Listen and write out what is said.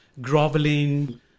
Groveling